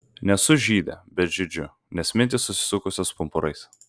nesu žydė bet žydžiu nes mintys susisukusios pumpurais